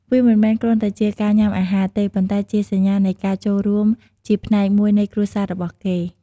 វាមិនមែនគ្រាន់តែជាការញុំាអាហារទេ ប៉ុន្តែជាសញ្ញានៃការចូលរួមជាផ្នែកមួយនៃគ្រួសាររបស់គេ ។